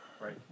right